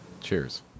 Cheers